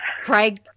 Craig